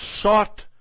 sought